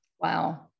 Wow